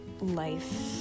life